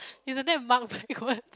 isn't that marked backwards